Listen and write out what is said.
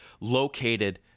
located